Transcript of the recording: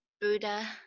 Buddha